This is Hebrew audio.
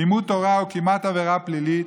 לימוד תורה הוא כמעט עבירה פלילית.